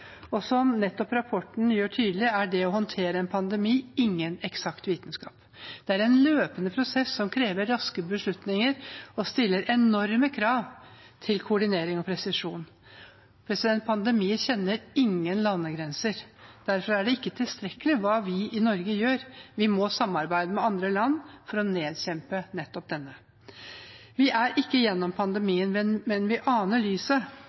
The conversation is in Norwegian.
Som nettopp rapporten gjør tydelig, er det å håndtere en pandemi ingen eksakt vitenskap. Det er en løpende prosess som krever raske beslutninger og stiller enorme krav til koordinering og presisjon. Pandemier kjenner ingen landegrenser. Derfor er det ikke tilstrekkelig hva vi i Norge gjør. Vi må samarbeide med andre land for å nedkjempe nettopp denne. Vi er ikke gjennom pandemien, men